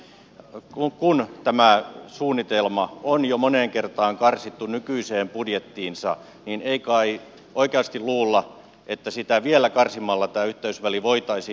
ja toiseksi kun tämä suunnitelma on jo moneen kertaan karsittu nykyiseen budjettiinsa niin ei kai oikeasti luulla että sitä vielä karsimalla tämä yhteysväli voitaisiin järkevällä tavalla toteuttaa